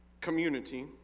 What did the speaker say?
community